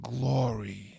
glory